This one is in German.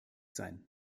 sein